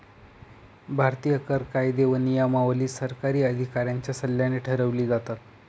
भारतीय कर कायदे व नियमावली सरकारी अधिकाऱ्यांच्या सल्ल्याने ठरवली जातात